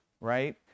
Right